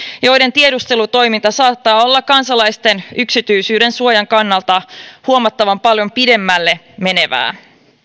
joiden tiedustelutoiminta saattaa olla kansalaisten yksityisyydensuojan kannalta huomattavan paljon pidemmälle menevää